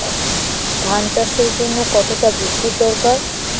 ধান চাষের জন্য কতটা বৃষ্টির দরকার?